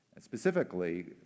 specifically